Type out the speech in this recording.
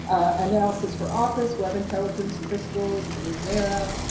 analysis for office, web intelligence, crystal, lumira,